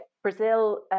Brazil